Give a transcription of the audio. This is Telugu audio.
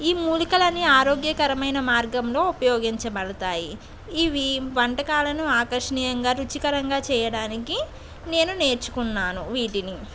ఈ మూలికలని ఆరోగ్యకరమైన మార్గంలో ఉపయోగించబడతాయి ఇవి వంటకాలను ఆకర్షణీయంగా రుచికరంగా చేయడానికి నేను నేర్చుకున్నాను వీటిని